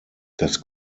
das